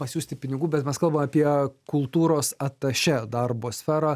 pasiųsti pinigų bet mes kalbam apie kultūros atašė darbo sferą